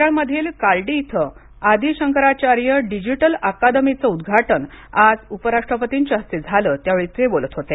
केरळमधील कालडी इथं आदी शंकराचार्य डिजिटल अकादमीचं उद्घाटन आज उपराष्ट्रपतींच्या हस्ते झालं त्यावेळी ते बोलत होते